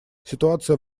ситуация